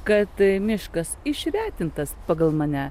kad miškas išretintas pagal mane